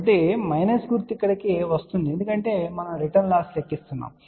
కాబట్టి ఈ మైనస్ గుర్తు ఇక్కడకు వస్తోంది ఎందుకంటే మనము రిటర్న్ లాస్ లెక్కిస్తున్నాము